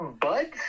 bud